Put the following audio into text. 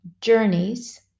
journeys